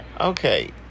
Okay